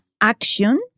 action